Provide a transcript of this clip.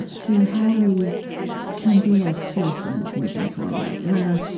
to how we can be as citizens moving forward. where